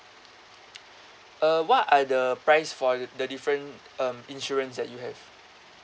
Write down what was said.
uh what are the price for the the different um insurance that you have